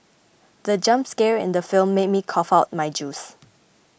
the jump scare in the film made me cough out my juice